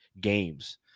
games